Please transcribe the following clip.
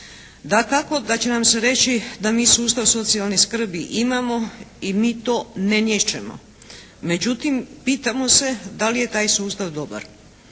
Dakako da će nam se reći da mi sustav socijalne skrbi imamo i mi to ne niječemo. Međutim, pitamo se da li je taj sustav dobar?